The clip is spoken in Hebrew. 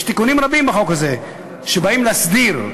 יש תיקונים רבים בחוק הזה שבאים להסדיר,